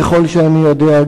ככל שאני יודע,